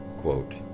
quote